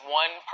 one